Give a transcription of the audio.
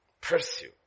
Pursue